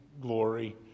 glory